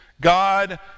God